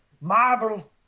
Marble